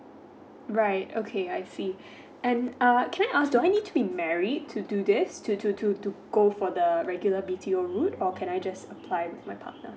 right okay I see and um can I ask do I need to be married to do this to to to to go for the regular B_T_O route or can I just apply with my partner